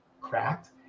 cracked